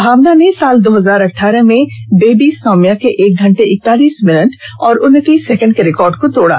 भावना ने साल दो हजार अठारह में बेबी सौम्या के एक घंटे इकतीस मिनट और उनतीस सेकेंड के रिकॉर्ड को तोड़ा